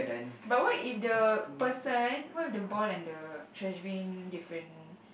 but what if the person what if the ball and the trash bin different